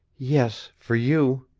yes, for you.